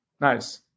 Nice